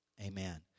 Amen